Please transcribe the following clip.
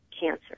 cancer